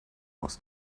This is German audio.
aus